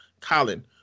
Colin